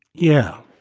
yeah.